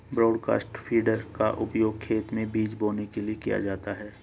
broadcast feeder का उपयोग खेत में बीज बोने के लिए किया जाता है